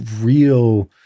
real